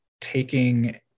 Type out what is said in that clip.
taking